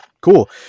cool